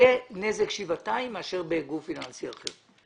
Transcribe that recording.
יהיה נזק גדול שבעתיים מאשר בגוף פיננסי אחר.